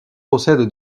possède